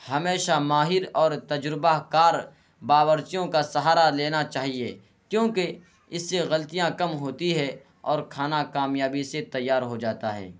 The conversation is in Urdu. ہمیشہ ماہر اور تجربہ کار باورچیوں کا سہارا لینا چاہیے کیوںکہ اس سے غلطیاں کم ہوتی ہے اور کھانا کامیابی سے تیار ہو جاتا ہے